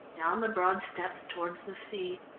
down the broad steps towards the sea.